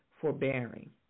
forbearing